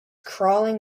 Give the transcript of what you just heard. crawling